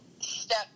step